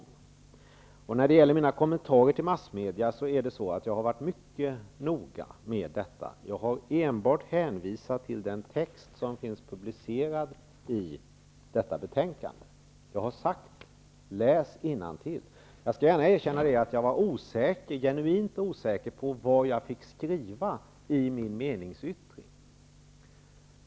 Jag har varit mycket noga med mina kommentarer till massmedia. Jag har enbart hänvisat till den text som finns publicerad i detta betänkande. Jag har sagt att det bara är att läsa innantill. Jag skall gärna erkänna att jag var genuint osäker på vad jag fick skriva i min meningsyttring.